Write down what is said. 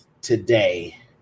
today